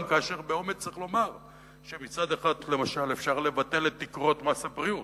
גם כאשר צריך לומר באומץ שמצד אחד אפשר למשל לבטל את תקרות מס הבריאות.